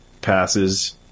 passes